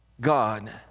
God